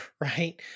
Right